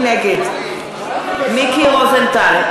נגד מיקי רוזנטל,